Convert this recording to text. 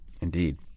Indeed